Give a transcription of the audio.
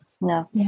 No